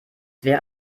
wäre